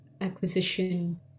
acquisition